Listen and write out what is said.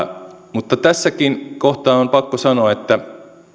mutta tässäkin kohtaa on pakko sanoa että